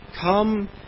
Come